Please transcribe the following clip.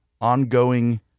ongoing